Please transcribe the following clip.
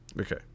Okay